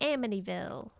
Amityville